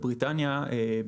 בבריטניה,